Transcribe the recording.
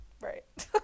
Right